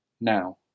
now